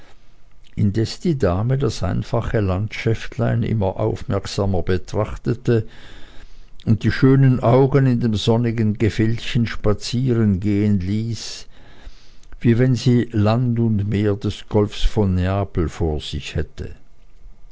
indes die dame das einfache landschäftlein immer aufmerksamer betrachtete und die schönen augen in dem sonnigen gefildchen spazierengehen ließ wie wenn sie land und meer des golfes von neapel vor sich hätte